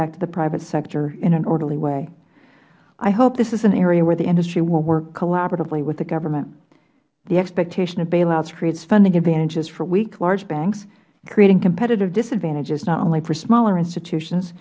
back to the private sector in an orderly way i hope this is an area where the industry will work collaboratively with the government the expectation of bailouts creates funding advantages for weak large banks creating competitive disadvantages not only for smaller institutions